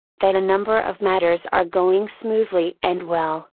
that a number of matters are going smoothly and well,